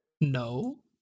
No